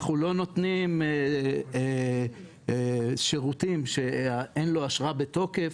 אנחנו לא נותנים שירותים שאין לו אשרה בתוקף,